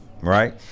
Right